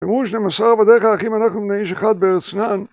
פימוש נמסר בדרך האחים אנחנו מבנה איש אחד בארץ כנען